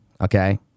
okay